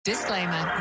Disclaimer